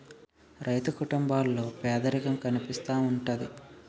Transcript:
రైతు కుటుంబాల్లో పేదరికం కనిపిస్తా ఉంటది